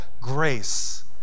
grace